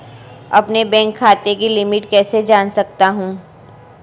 अपने बैंक खाते की लिमिट कैसे जान सकता हूं?